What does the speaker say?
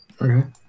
Okay